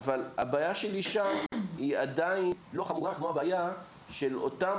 אז הבעיה שלי שם היא עדיין לא חמורה כמו הבעיה של אותם